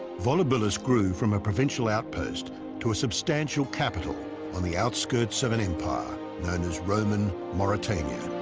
volubilis grew from a provincial outpost to a substantial capital on the outskirts of an empire known as roman mauritania.